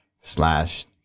slash